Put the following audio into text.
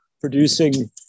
producing